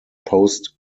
post